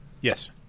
Yes